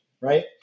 right